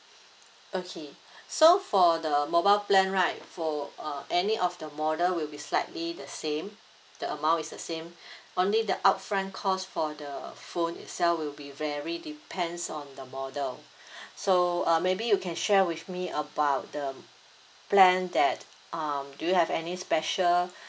okay so for the mobile plan right for uh any of the model will be slightly the same the amount is the same only the upfront cost for the phone itself will be vary depends on the model so uh maybe you can share with me about the plan that um do you have any special